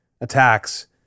attacks